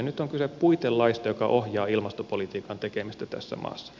nyt on kyse puitelaista joka ohjaa ilmastopolitiikan tekemistä tässä maassa